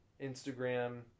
Instagram